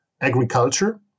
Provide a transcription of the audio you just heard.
agriculture